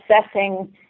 assessing